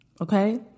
okay